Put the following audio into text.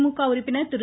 திமுக உறுப்பினர் திரு